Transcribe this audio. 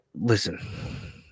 listen